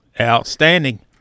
Outstanding